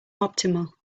optimal